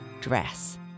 dress